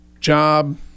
job